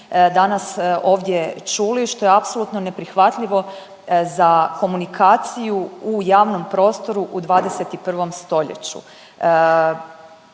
danas ovdje čuli što je apsolutno neprihvatljivo za komunikaciju u javnom prostoru u 21. stoljeću.